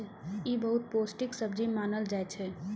ई बहुत पौष्टिक सब्जी मानल जाइ छै